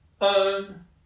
own